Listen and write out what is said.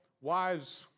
wives